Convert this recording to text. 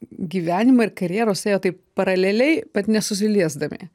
gyvenimai ir karjeros ėjo taip paraleliai bet nesusiliesdami